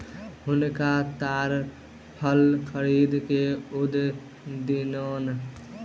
हुनका ताड़ फल खरीद के दअ दियौन